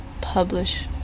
publish